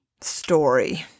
story